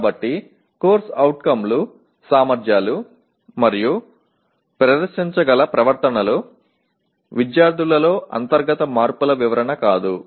కాబట్టి CO లు సామర్థ్యాలు మరియు ప్రదర్శించగల ప్రవర్తనలు విద్యార్థులలో అంతర్గత మార్పుల వివరణ కాదు